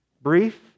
brief